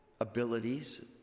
abilities